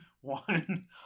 one